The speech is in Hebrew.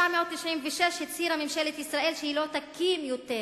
ב-1996 הצהירה ממשלת ישראל שהיא לא תקים יותר